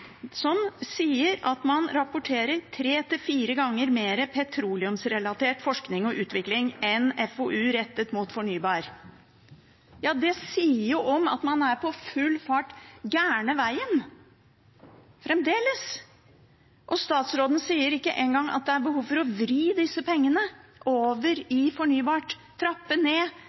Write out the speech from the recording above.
som sier at man rapporterer tre–fire ganger mer petroleumsrelatert forskning og utvikling enn forskning og utvikling rettet mot fornybar. Det sier noe om at man er på full fart gærne veien – fremdeles. Statsråden sier ikke engang at det er behov for å vri disse pengene over i fornybart, trappe ned